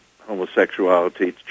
homosexuality